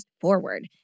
forward